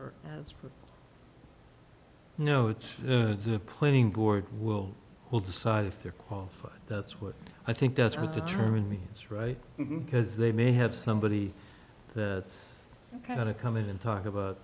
know it's the planning board will will decide if they're qualified that's what i think that's what determine me is right because they may have somebody that kind of come in and talk about